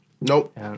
nope